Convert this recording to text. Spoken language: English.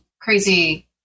crazy